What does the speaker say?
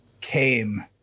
came